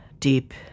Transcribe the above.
Deep